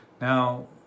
Now